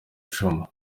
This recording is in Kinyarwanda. icumu